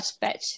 patch